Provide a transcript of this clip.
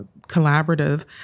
collaborative